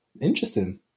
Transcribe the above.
interesting